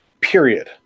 period